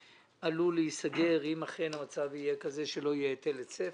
עלול להיסגר אם אכן המצב יהיה כזה שלא יהיה היטל היצף.